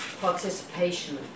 participation